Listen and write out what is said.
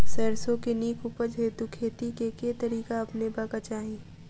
सैरसो केँ नीक उपज हेतु खेती केँ केँ तरीका अपनेबाक चाहि?